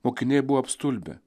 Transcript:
mokiniai buvo apstulbę